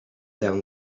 down